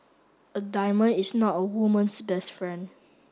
a diamond is not a woman's best friend